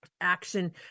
action